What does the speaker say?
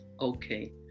Okay